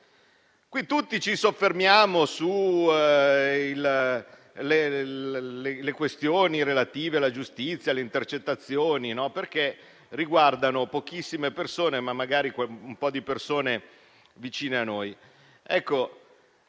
Qui tutti ci soffermiamo sulle questioni relative alla giustizia e alle intercettazioni, perché riguardano pochissime persone, ma alcune magari vicine a noi. Non